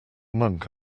monk